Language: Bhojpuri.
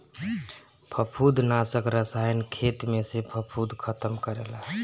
फंफूदनाशक रसायन खेत में से फंफूद खतम करेला